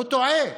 הוא טועה.